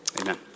Amen